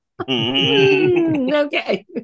Okay